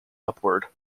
upward